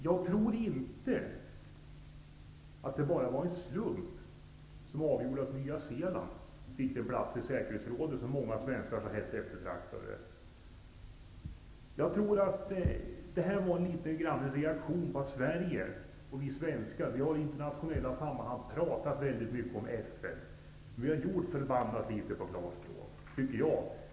Jag tror inte att det bara var en slump som avgjorde att Nya Zeeland fick en plats i säkerhetsrådet, som många svenskar så hett eftertraktade. Jag tror att det var en reaktion på att vi svenskar i internationella sammanhang pratat mycket om FN, men gjort kolossalt litet.